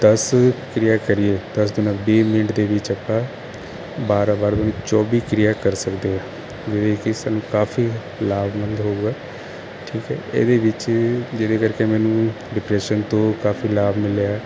ਦਸ ਕਿਰਿਆ ਕਰੀਏ ਦਸ ਦਿਨਾਂ ਵੀਹ ਮਿੰਟ ਦੇ ਵਿੱਚ ਆਪਾਂ ਬਾਰਾ ਵਾਰ ਚੋਬੀ ਕਿਰਿਆ ਕਰ ਸਕਦੇ ਹੈ ਜਿਹਦੇ ਕੀ ਸਾਨੂੰ ਕਾਫੀ ਲਾਭਵੰਦ ਹੋਊਗਾ ਠੀਕ ਐ ਇਹਦੇ ਵਿੱਚ ਜਿਹੜੇ ਕਰਕੇ ਮੈਨੂੰ ਡਿਪਰੈਸ਼ਨ ਤੋਂ ਕਾਫੀ ਲਾਭ ਮਿਲਿਆ